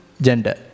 gender